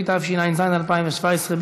התשע"ז 2017,